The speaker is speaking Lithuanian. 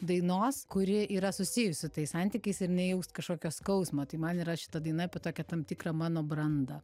dainos kuri yra susijus su tais santykiais ir nejaust kažkokio skausmo tai man yra šita daina apie tokią tam tikrą mano brandą